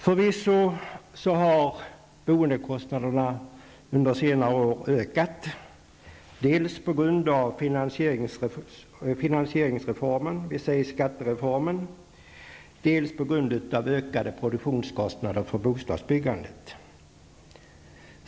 Förvisso har boendekostnaderna under senare år ökat, dels på grund av finanseringsreformen, dvs. skattereformen, dels på grund av ökade produktionskostnader för bostadsbyggandet.